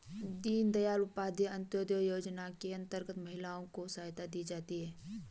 दीनदयाल उपाध्याय अंतोदय योजना के अंतर्गत महिलाओं को सहायता दी जाती है